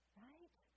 right